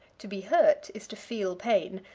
to be hurt is to feel pain,